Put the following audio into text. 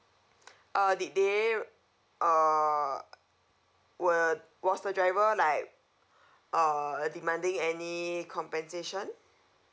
uh did they err were was the driver like uh demanding any compensation